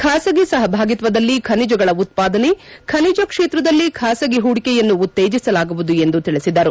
ಖಾಸಗಿ ಸಪಭಾಗಿತ್ವದಲ್ಲಿ ಖನಿಜಗಳ ಉತ್ಪಾದನೆ ಖನಿಜ ಕ್ಷೇತ್ರದಲ್ಲಿ ಖಾಸಗಿ ಹೂಡಿಕೆಯನ್ನು ಉತ್ತೇಜಿಸಲಾಗುವುದು ಎಂದು ತಿಳಿಸಿದರು